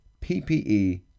PPE